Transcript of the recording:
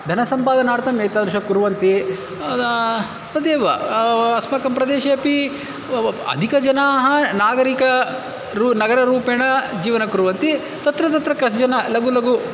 धनसम्पादनार्थम् एतादृशं कुर्वन्ति तदेव अस्माकं प्रदेशे अपि अधिकजनाः नागरिकः नगररूपेण जीवनं कुर्वन्ति तत्र तत्र कश्चन लघु लघु